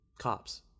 cops